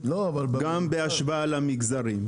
גם בהשוואה למגזרים.